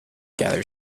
gather